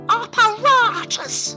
apparatus